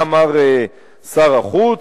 מה אמר שר החוץ?